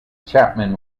chapman